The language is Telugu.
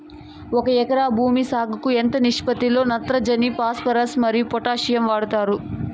ఒక ఎకరా భూమి సాగుకు ఎంత నిష్పత్తి లో నత్రజని ఫాస్పరస్ మరియు పొటాషియం వాడుతారు